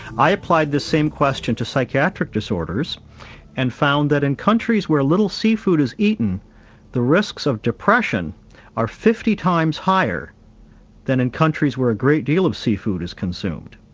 i applied the same question to psychiatric disorders and found that in countries where little seafood is eaten the risks of depression are fifty times higher than in countries where a great deal of seafood is consumed.